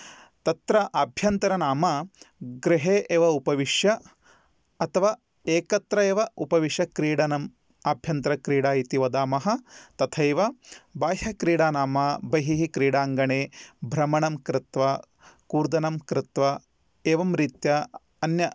तत्र आभ्यन्तर नाम गृहे एव उपविश्य अथवा एकत्र एव उपविश्य क्रीडनम् आभ्यन्तरक्रीडा इति वदामः तथैव बाह्यक्रीडा नाम बहिः क्रीडाङ्गणे भ्रमणं कृत्वा कूर्दनं कृत्वा एवं रीत्या अन्य